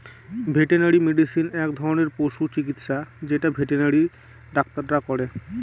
veterinary medicine এক ধরনের পশু চিকিৎসা যেটা ভেটেনারি ডাক্তাররা করে